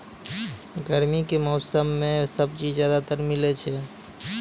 गर्मी के मौसम मं है सब्जी ज्यादातर मिलै छै